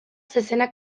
zezena